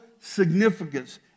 significance